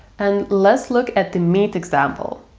and let's look at the meat example.